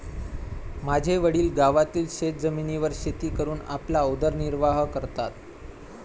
माझे वडील गावातील शेतजमिनीवर शेती करून आपला उदरनिर्वाह करतात